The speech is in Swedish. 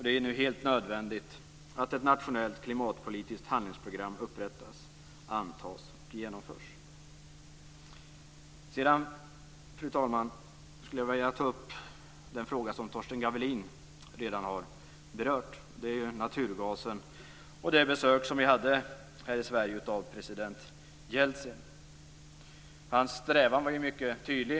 Det är nu helt nödvändigt att ett nationellt klimatpolitiskt handlingsprogram upprättas, antas och genomförs. Fru talman! Sedan skulle jag vilja ta upp en fråga som Torsten Gavelin redan har berört. Den handlar om naturgasen och det besök som vi hade här i Sverige av president Jeltsin. Hans strävan var mycket tydlig.